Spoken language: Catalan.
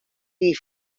dir